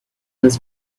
this